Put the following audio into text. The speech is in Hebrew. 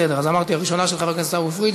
בסדר, אמרתי: הראשונה של חבר הכנסת עיסאווי פריג'.